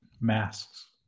masks